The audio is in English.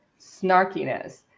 snarkiness